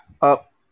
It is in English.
up